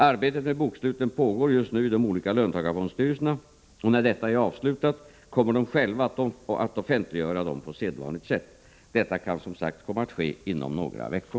Arbetet med boksluten pågår just nu i de olika löntagarfondstyrelserna, och när detta är avslutat kommer de själva att offentliggöra dem på sedvanligt sätt. Detta kan som sagt komma att ske inom några veckor.